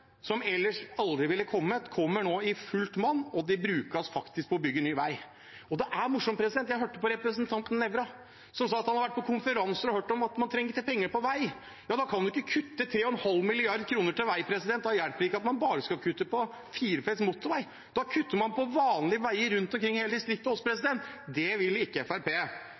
som ellers aldri ville kommet, kommer nå i fullt monn, og de brukes faktisk til å bygge ny vei. Det er morsomt. Jeg hørte på representanten Nævra, som sa at han hadde vært på konferanser og hørt om at man trengte penger til vei. Ja, da kan man ikke kutte 3,5 mrd. kr til vei. Da hjelper det ikke at man bare skal kutte på firefelts motorvei. Da kutter man på vanlige veier rundt omkring i distriktene også. Det vil ikke